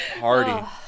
party